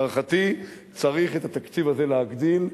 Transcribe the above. להערכתי, צריך את התקציב הזה להגדיל,